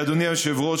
אדוני היושב-ראש,